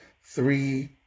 three